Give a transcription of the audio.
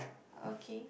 okay